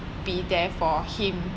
be there for him